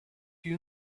you